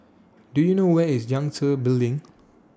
Do YOU know Where IS Yangtze Building